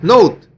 Note